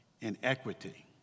inequity